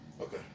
Okay